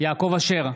יעקב אשר,